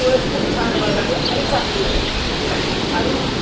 तुळस खूप छान वाढते आणि चांगली होते आणि